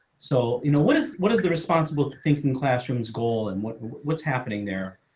so you know what is, what is the responsible thinking classrooms goal and what what's happening there.